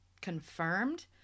confirmed